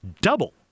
double